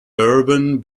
urban